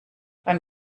beim